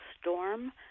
storm